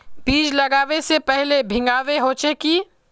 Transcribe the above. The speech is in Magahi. बीज लागबे से पहले भींगावे होचे की?